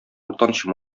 уртанчы